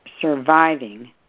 surviving